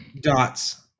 dots